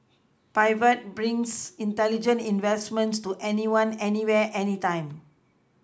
Pivot brings intelligent investments to anyone anywhere anytime